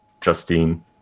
Justine